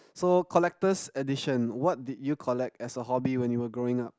so collector's edition what did you collect as a hobby when you were growing up